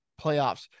playoffs